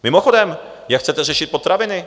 Mimochodem, jak chcete řešit potraviny?